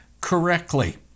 correctly